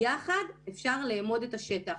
יחד אפשר לאמוד את השטח.